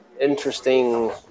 interesting